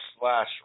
slash